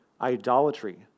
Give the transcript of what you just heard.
idolatry